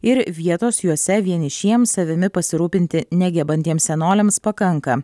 ir vietos juose vienišiems savimi pasirūpinti negebantiems senoliams pakanka